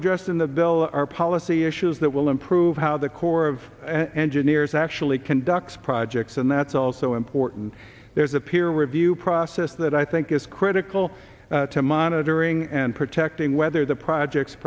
addressed in the bill are policy issues that will improve how the corps of engineers actually conducts projects and that's also important there's a peer review process that i think is critical to monitoring and protecting whether the projects